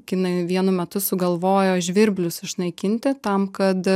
kinai vienu metu sugalvojo žvirblius išnaikinti tam kad